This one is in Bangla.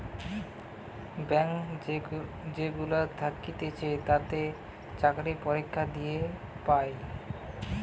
ব্যাঙ্ক যেগুলা থাকতিছে তাতে চাকরি পরীক্ষা দিয়ে পায়